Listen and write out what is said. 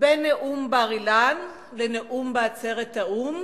"בין נאום בר-אילן לנאום בעצרת האו"ם,